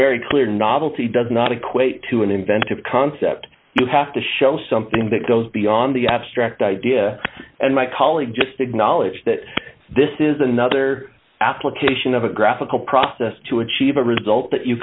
very clear novelty does not equate to an inventive concept you have to show something that goes beyond the abstract idea and my colleague just ignalina that this is another application of a graphical process to achieve a result that you